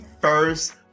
first